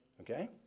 Okay